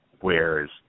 Whereas